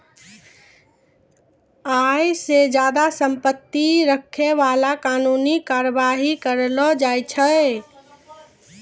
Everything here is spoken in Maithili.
आय से ज्यादा संपत्ति रखै बाला पे कानूनी कारबाइ करलो जाय छै